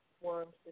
worms